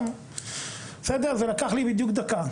זה לקח לי בדיוק דקה,